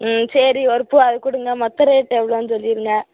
ம் சரி ஒரு பூ அதை கொடுங்க மொத்த ரேட்டு எவ்வளோனு சொல்லியிருங்க